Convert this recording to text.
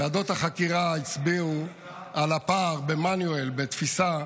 ועדות החקירה הצביעו על הפער ב-Manual, בתפיסה,